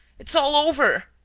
it's all over!